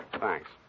Thanks